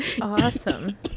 awesome